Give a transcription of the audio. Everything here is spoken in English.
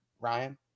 Ryan